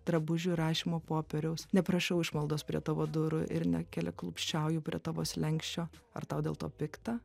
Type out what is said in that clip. drabužių rašymo popieriaus neprašau išmaldos prie tavo durų ir nekeliaklupsčiauju prie tavo slenksčio ar tau dėl to pikta